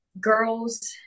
girls